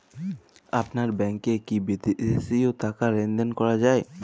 আপনার ব্যাংকে কী বিদেশিও টাকা লেনদেন করা যায়?